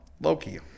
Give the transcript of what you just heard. Loki